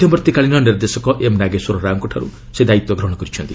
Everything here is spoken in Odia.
ମଧ୍ୟବର୍ତ୍ତୀକାଳୀନ ନିର୍ଦ୍ଦେଶକ ଏମ୍ ନାଗେଶ୍ୱର ରାଓଙ୍କଠାରୁ ସେ ଦାୟିତ୍ୱ ଗ୍ରହଣ କରିଛନ୍ତି